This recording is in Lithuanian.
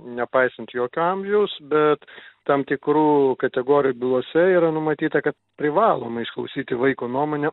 nepaisant jokio amžiaus bet tam tikrų kategorijų bylose yra numatyta kad privaloma išklausyti vaiko nuomonę